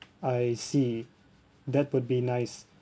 I see that would be nice